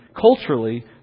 culturally